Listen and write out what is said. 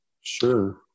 Sure